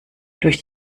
durch